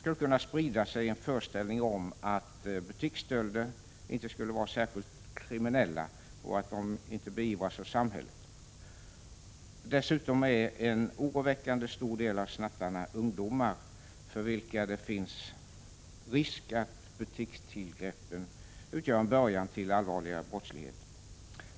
skulle kunna sprida sig en föreställning om att butiksstölder inte skulle vara särskilt kriminella och att de inte beivras av samhället. Dessutom är en oroväckande stor del av snattarna ungdomar, för vilka det finns risk att butikstillgreppen utgör början till en allvarligare brottslighet.